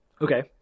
Okay